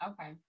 okay